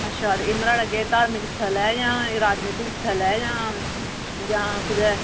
अच्छा ते एह् मराह्ड़ा केह् धार्मक स्थल ऐ जां राजनीतिक स्थल ऐ जां जां कुतै